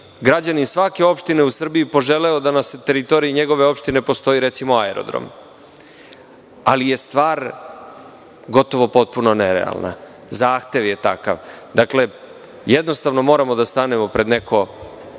građanin svake opštine u Srbiji poželeo da na teritoriji njegove opštine postoji, recimo, aerodrom. Stvar je potpuno nerealna. Zahtev je takav. Jednostavno moramo da stanemo pred neko